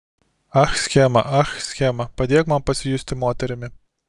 ach schema ach schema padėk man pasijusti moterimi